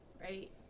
right